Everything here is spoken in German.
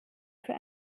für